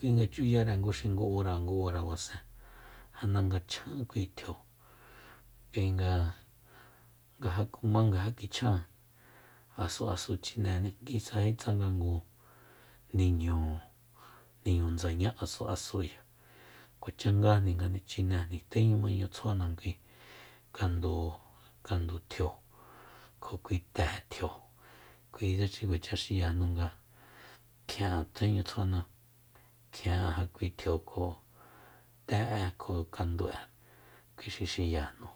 kui nga chuyare ngu ura ngu ura basen janda nga chjan kui tjio kuinga nga ja kuma nga ja kichjan asuasu chinéní nguisaji tsanga ngu niñu- niñu ndsaña asuasuya kuacha ngajni nga chinejni temañu tsjuana kui kandu- kandu tjio kjo kui te tjio kuitse xi kuacha xiyajnu nga kjien'a tjeñu tsjuana kjien'a ja kui tjio kjo te'e kjo kandu'e kuixi xiyajnu